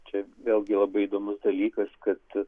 čia vėlgi labai įdomus dalykas kad